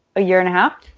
a year-and-a-half.